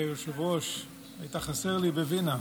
אדוני היושב-ראש, היית חסר לי בווינה.